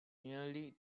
nearly